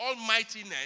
almightiness